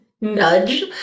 nudge